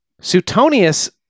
Suetonius